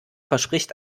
verspricht